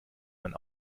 man